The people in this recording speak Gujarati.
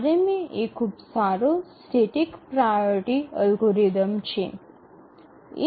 આરએમએ એ ખૂબ સારો સ્ટેટિક પ્રાઓરિટી અલ્ગોરિધમ છે